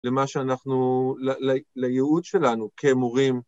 למה שאנחנו, לייעוד שלנו כמורים.